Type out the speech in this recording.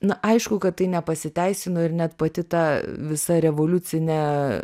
na aišku kad tai nepasiteisino ir net pati ta visa revoliucinė